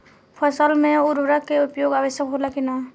फसल में उर्वरक के उपयोग आवश्यक होला कि न?